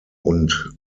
und